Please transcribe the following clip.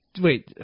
Wait